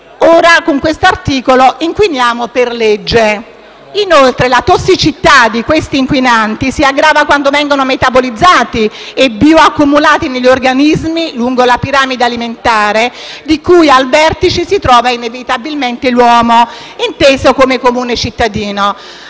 Ora, con questo articolo, inquiniamo per legge. Inoltre, la tossicità di questi inquinanti si aggrava quando vengono metabolizzati e bioaccumulati negli organismi lungo la piramide alimentare al cui vertice si trova inevitabilmente l’uomo, inteso come comune cittadino.